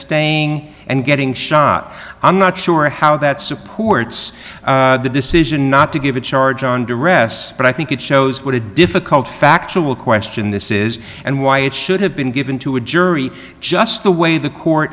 staying and getting shot i'm not sure how that supports the decision not to give a charge on duress but i think it shows what a difficult factual question this is and why it should have been given to a jury just the way the court